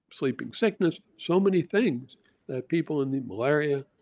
sleeping sickness, so many things that people in the malaria,